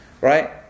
Right